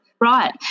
right